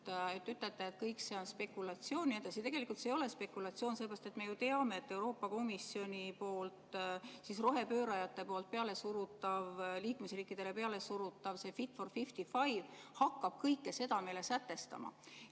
te ütlete, et kõik see on spekulatsioon jne. Tegelikult see ei ole spekulatsioon, seepärast et me ju teame, et Euroopa Komisjoni poolt, rohepöörajate poolt liikmesriikidele peale surutav "Fit for 55" hakkab kõike seda meile sätestama.